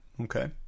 Okay